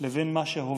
לבין מה שהווה.